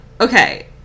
okay